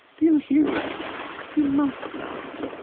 do you hear, ragnar? you must not!